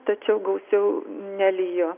tačiau gausiau nelijo